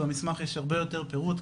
במסמך יש הרבה יותר פירוט,